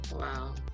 wow